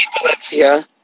Valencia